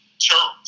sure